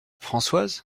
françoise